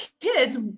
kids